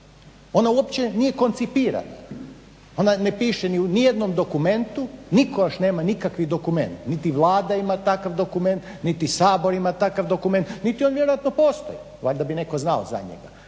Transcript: ona uopće nije koncipirana. Ne piše ni u jednom dokumentu, nitko još nema nikakvi dokument, niti Vlada ima takav dokument niti Sabor ima takav dokument niti on vjerojatno postoji, valjda bi netko znao za njega.